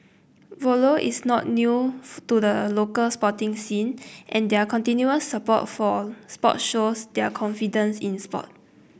Volvo is not new to the local sporting scene and their continuous support for sports shows their confidence in sport